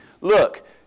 Look